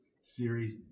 series